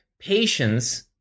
patience